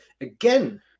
Again